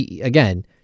again